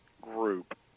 group